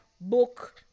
book